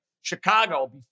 Chicago